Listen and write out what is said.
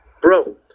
bro